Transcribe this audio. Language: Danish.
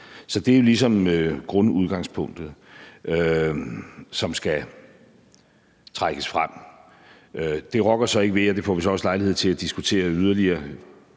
Det er ligesom grundudgangspunktet, som skal trækkes frem. Det rokker så ikke ved, og det får vi så også lejlighed til at diskutere yderligere,